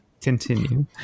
continue